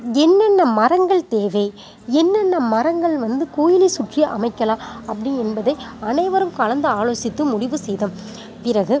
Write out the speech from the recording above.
என்னென்ன மரங்கள் தேவை என்னென்ன மரங்கள் வந்து கோயிலை சுற்றி அமைக்கலாம் அப்படி என்பதை அனைவரும் கலந்து ஆலோசித்து முடிவு செய்தோம் பிறகு